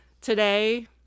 Today